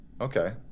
Okay